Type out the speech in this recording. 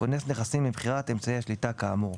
כונס נכסים למכירת אמצעי השליטה כאמור.